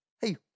Hey